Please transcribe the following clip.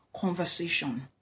conversation